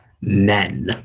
Men